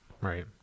Right